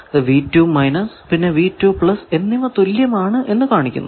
അത് പിന്നെ എന്നിവ തുല്യമാണ് എന്ന് കാണിക്കുന്നു